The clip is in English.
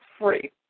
free